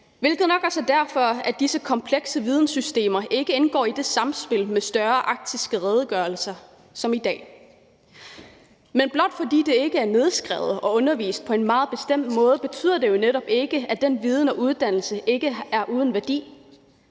hvilket nok også er derfor, disse komplekse vidensystemer ikke indgår i samspil med større arktiske redegørelser som i dag. Men blot fordi det ikke er nedskrevet og undervist i på en meget bestemt måde, betyder det jo netop ikke, at den viden og uddannelse er uden værdi.